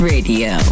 Radio